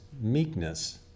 meekness